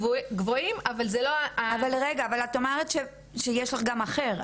גבוהים אבל זה לא --- אבל את אמרת שיש לך גם אחר,